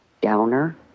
downer